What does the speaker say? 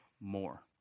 more